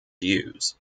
use